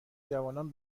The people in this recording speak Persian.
جوانان